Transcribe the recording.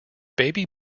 baby